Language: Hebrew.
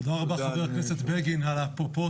תודה רבה חבר הכנסת בגין על הפרופורציות